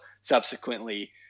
subsequently